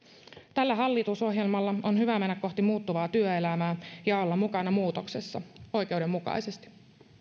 tällä hallitusohjelmalla on hyvä mennä kohti muuttuvaa työelämää ja olla mukana muutoksessa oikeudenmukaisesti